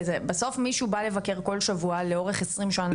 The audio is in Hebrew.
בסוף מישהו בא לבקר כל שבוע לאורך כ-20 שנים,